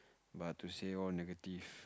but to say all negative